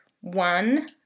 one